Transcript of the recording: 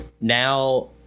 now